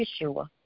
Yeshua